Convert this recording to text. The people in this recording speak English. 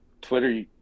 Twitter